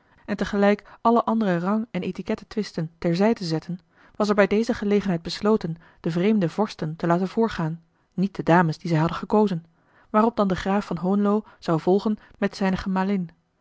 en tegelijk alle andere rang en étiquette twisten ter zij te zetten was er bij deze gelegenheid besloten de vreemde vorsten te laten voorgaan met de dames die zij hadden gekozen waarop dan de graaf van hohenlo zou volgen met zijne